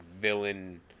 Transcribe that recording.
villain